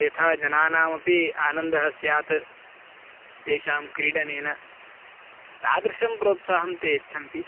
यथा जनानामपि आनन्दः स्यात् तेषां क्रीडनेन तादृशं प्रोत्साहं ते यच्छन्ति